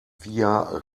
via